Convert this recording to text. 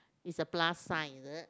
it's a plus sign is it